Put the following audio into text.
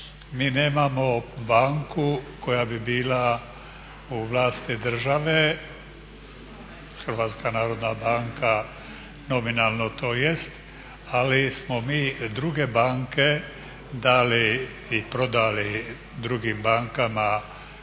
mi nemao banku koja bi bila u vlasti države. Hrvatska narodna banka nominalno to jest, ali smo mi druge banke dali i prodali drugim bankama